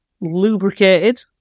lubricated